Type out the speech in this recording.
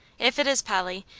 if it is polly,